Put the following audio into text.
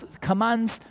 commands